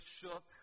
shook